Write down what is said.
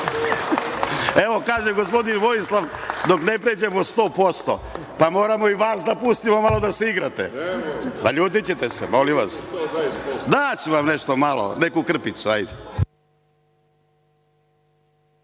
kaže gospodin Vojislav – dok ne pređemo 100%. Pa, moramo i vas da pustimo malo da se igrate. Naljutićete se, molim vas. Daćemo vam nešto malo, neku krpicu, hajde.